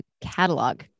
catalog